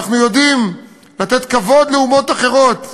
אנחנו יודעים לתת כבוד לאומות אחרות,